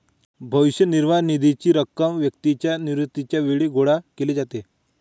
भविष्य निर्वाह निधीची रक्कम व्यक्तीच्या निवृत्तीच्या वेळी गोळा केली जाते